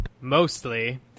Mostly